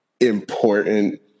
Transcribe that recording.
Important